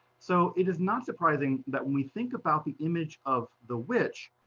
so it is not surprising that when we think about the image of the witch,